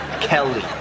Kelly